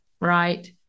Right